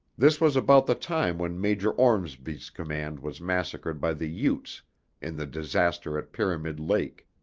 this was about the time when major ormsby's command was massacred by the utes in the disaster at pyramid lake